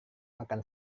akan